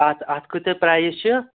اَتھ اَتھ کۭتیاہ پرٛایِز چھِ